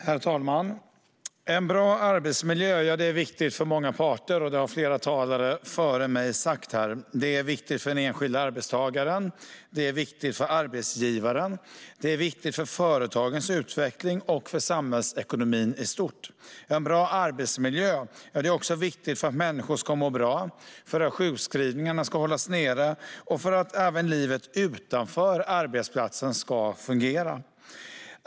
Herr talman! En bra arbetsmiljö är viktigt för många parter, som flera talare före mig har sagt. Det är viktigt för den enskilda arbetstagaren, för arbetsgivaren, för företagens utveckling och för samhällsekonomin i stort. En bra arbetsmiljö är viktigt också för att människor ska må bra, för att sjukskrivningarna ska hållas nere och för att även livet utanför arbetsplatsen ska fungera.